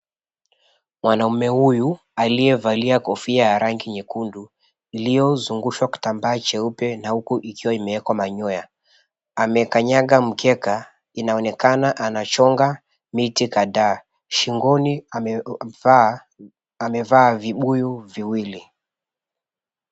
Mwanamume huyu aliyevalia kofia ya rangi nyekundu iliyozungushwa kitambaa cheupe na huku ikiwa imewekwa manyoya amekanyaga mkeka inaonekana anachonga miti kadhaa, shingoni amevaa vibuyu viwili.